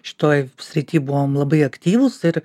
šitoj srity buvom labai aktyvūs ir